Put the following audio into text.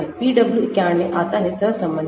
PW 91 आता है सहसंबंध से